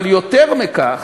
אבל יותר מכך,